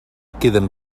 queden